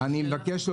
משה אבוטבול, בבקשה.